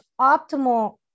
optimal